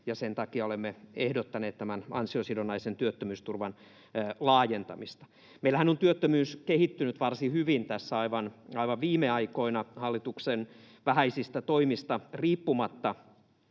sen takia olemme ehdottaneet tämän ansiosidonnaisen työttömyysturvan laajentamista. Meillähän on työttömyys kehittynyt varsin hyvin tässä aivan viime aikoina — hallituksen vähäisistä toimista riippumatta